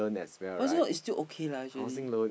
how is it not it's still okay lah actually